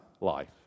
life